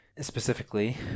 specifically